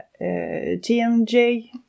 TMJ